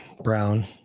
brown